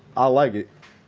i like it.